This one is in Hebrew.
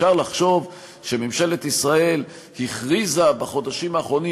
אפשר לחשוב שממשלת ישראל הכריזה בחודשים האחרונים,